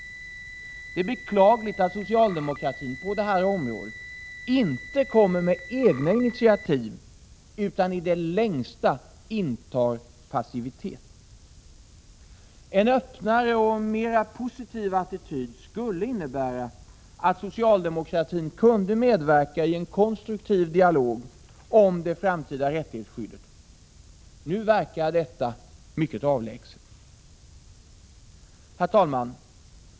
Det är beklagligt att socialdemokratin på detta område inte kommer med egna initiativ utan i det längsta är passiv. En öppnare och mera positiv attityd skulle innebära att socialdemokratin kunde medverka i en konstruktiv dialog om det framtida rättighetsskyddet. Nu verkar detta mycket avlägset. Herr talman!